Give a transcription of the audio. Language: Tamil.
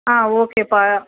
ஆ ஓகேப்பா